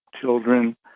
children